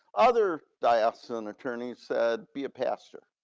other diocesan attorney said, be a pastor,